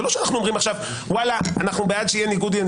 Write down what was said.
זה לא שאנחנו אומרים עכשיו: אנחנו בעד שיהיה ניגוד עניינים,